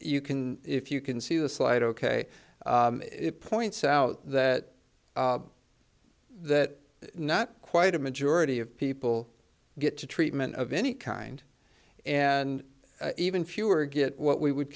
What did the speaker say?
you can if you can see the slide ok it points out that that is not quite a majority of people get to treatment of any kind and even fewer get what we would